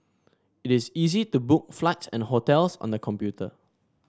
it is easy to book flights and hotels on the computer